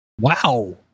Wow